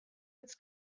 its